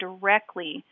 directly